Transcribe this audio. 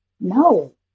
no